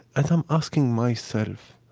and i'm asking myself,